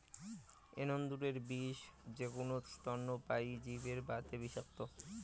এন্দুরের বিষ যেকুনো স্তন্যপায়ী জীবের বাদে বিষাক্ত,